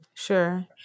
Sure